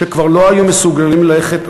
שכבר לא היו מסוגלים ללכת,